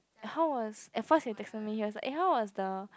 how was at first he texted me he was like how was the